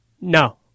no